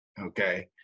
Okay